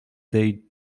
dei